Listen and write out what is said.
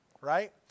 right